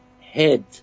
head